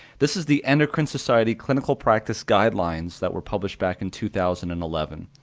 this is the endocrine society clinical practice guidelines that were published back in two thousand and eleven,